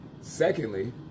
Secondly